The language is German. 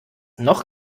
noch